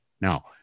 Now